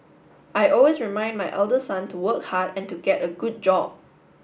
I always remind my elder son to work hard and to get a good job